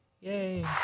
Yay